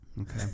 Okay